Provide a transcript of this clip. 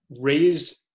raised